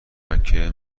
مکه